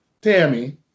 Tammy